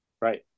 Right